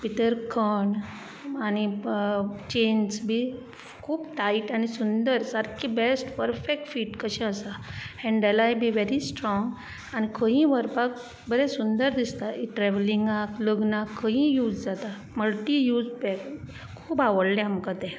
भितर खण आनी चेन्स बी खूब टायट आनी सुंदर सारके बेस्ट परफेक्ट फिट कशें आसा हँडलाय बी वेरी स्ट्रोंग आनी खंयूय व्हरपाक बरें सुंदर दिसता ट्रेवलिगांक लग्नाक खंयूय यूज जाता मल्टी यूज तें खूब आवडलें आमकां तें